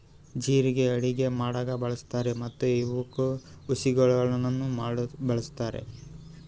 ಜೀರಿಗೆ ಅಡುಗಿ ಮಾಡಾಗ್ ಬಳ್ಸತಾರ್ ಮತ್ತ ಇವುಕ್ ಔಷದಿಗೊಳಾಗಿನು ಬಳಸ್ತಾರ್